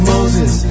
Moses